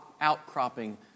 outcropping